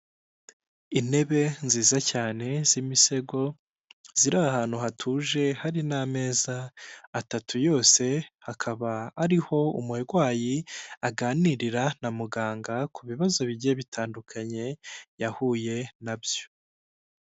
Intebe nziza cyane zimisego ziri ahantu hatuje hari n'ameza atatu yose Hakaba ariho umurwayi aganirira na muganga ku bibazo bigiye bitandukanye yahuye na byo.